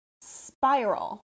Spiral